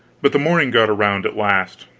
but the morning got around at last.